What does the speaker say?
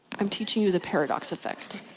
i'm teaching you the paradox effect.